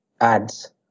ads